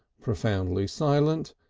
profoundly silent,